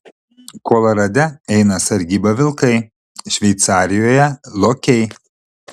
kolorade eina sargybą vilkai šveicarijoje lokiai